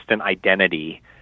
identity